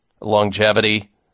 longevity